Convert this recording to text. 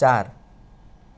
चार